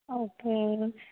okay